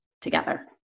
together